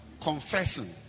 confessing